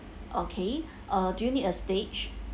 okay uh do you need a stage